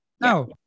Now